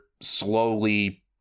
slowly